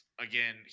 again